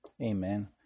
Amen